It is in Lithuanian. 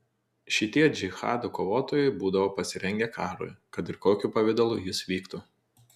šitie džihado kovotojai būdavo pasirengę karui kad ir kokiu pavidalu jis vyktų